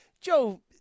Joe